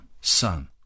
Son